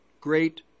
great